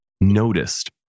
noticed